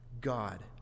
God